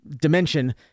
dimension